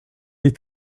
est